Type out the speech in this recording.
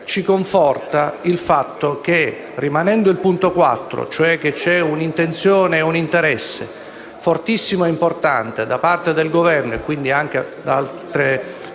ci conforta il fatto che rimane il punto 4). C'è quindi un'intenzione e un interesse fortissimo e importante da parte del Governo, quindi anche da altre forze